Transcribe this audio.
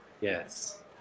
Yes